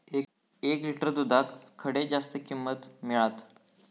एक लिटर दूधाक खडे जास्त किंमत मिळात?